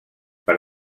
per